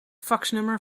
faxnummer